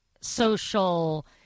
social